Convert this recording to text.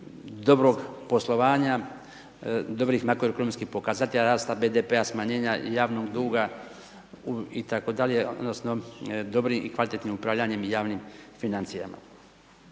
dobrog poslovanja, dobrih makroekonomskih pokazatelja, rasta BDP-a smanjenja javnog duga itd. odnosno dobrim i kvalitetnim upravljanjem javnim financijama.